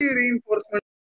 reinforcement